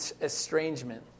estrangement